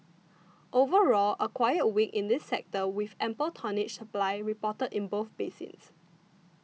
overall a quiet week in this sector with ample tonnage supply reported in both basins